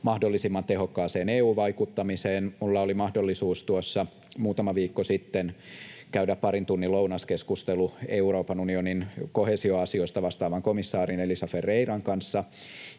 mahdollisimman tehokkaaseen EU-vaikuttamiseen. Minulla oli mahdollisuus tuossa muutama viikko sitten käydä parin tunnin lounaskeskustelu Euroopan unionin koheesioasioista vastaavan komissaarin Elisa Ferreiran kanssa,